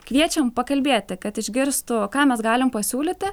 kviečiam pakalbėti kad išgirstų ką mes galim pasiūlyti